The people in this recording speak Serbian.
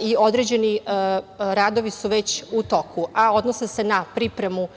i određeni radovi su već u toku, a odnose se na pripremu